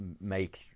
make